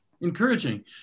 encouraging